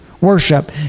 worship